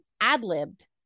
ad-libbed